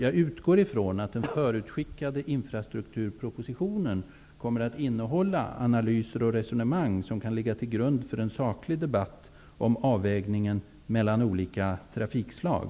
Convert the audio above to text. Jag utgår från att den förutskickade infrastrukturpropositionen kommer att innehålla analyser och resonemang som kan ligga till grund för en saklig debatt om avvägningen mellan olika trafikslag.